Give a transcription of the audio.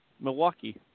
Milwaukee